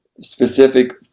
specific